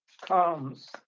comes